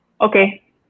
Okay